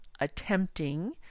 attempting